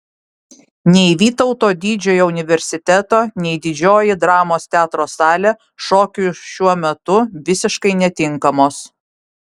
nei vytauto didžiojo universiteto nei didžioji dramos teatro salė šokiui šiuo metu visiškai netinkamos